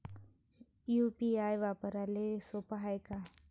UPI वापराले सोप हाय का?